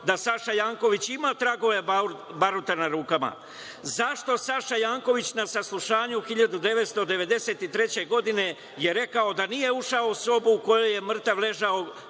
je Saša Janković imao tragove baruta na rukama? Zašto je Saša Janković na saslušanju 1993. godine rekao da nije ušao u sobu u kojoj je mrtav ležao